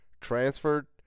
transferred